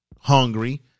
hungry